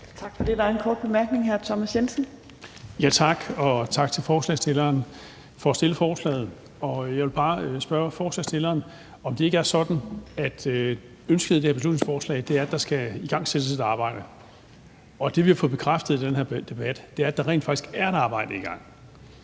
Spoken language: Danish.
Tak for det. Der er en kort bemærkning fra hr. Thomas Jensen. Kl. 12:31 Thomas Jensen (S): Tak, og tak til ordføreren for forslagsstillerne for at fremsætte forslaget. Jeg vil bare spørge ordføreren, om det ikke er sådan, at ønsket i det her beslutningsforslag er, at der skal igangsættes et arbejde, og at det, vi har fået bekræftet i den her debat, er, at der rent faktisk er et arbejde i gang.